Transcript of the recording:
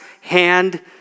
hand